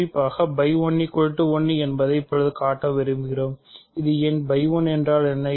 குறிப்பாக φ என்றால் என்ன